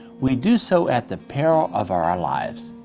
we do so at the peril of our lives,